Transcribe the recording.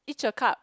each a cup